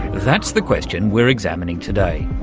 that's the question we're examining today.